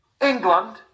England